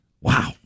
wow